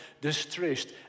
distressed